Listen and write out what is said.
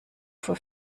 für